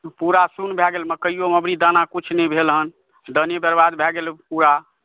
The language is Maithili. पूरा सुन्न भए गेल मकइओमे एहिबेरी दाना कुछ नहि भेल हन दाने बर्बाद भए गेलै पूरा